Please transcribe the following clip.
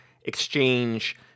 exchange